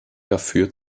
dafür